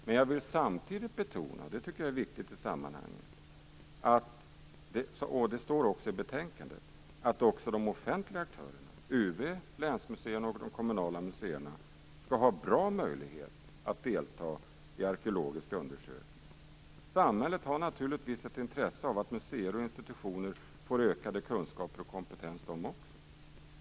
Men jag vill samtidigt betona något som är viktigt i sammanhanget och som också står i betänkandet, att också de offentliga aktörerna UV, länsmuseerna och de kommunala museerna skall ha bra möjligheter att delta i arkeologiska undersökningar. Samhället har naturligtvis ett intresse av att museer och institutioner får ökade kunskaper och ökad kompetens.